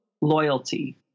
loyalty